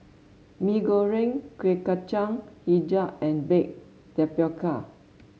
Mee Goreng Kuih Kacang hijau and Baked Tapioca